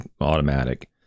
automatic